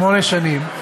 שמונה שנים,